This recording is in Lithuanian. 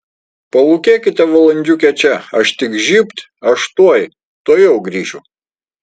palūkėkite valandžiukę čia aš tik žybt aš tuoj tuojau grįšiu